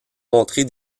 montrer